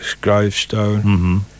gravestone